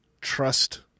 trust